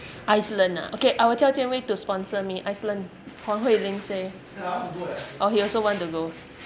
Iceland ah okay I will tell jian wei to sponsor me Iceland huang hui ling say oh he also want to go